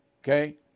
okay